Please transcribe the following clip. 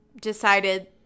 decided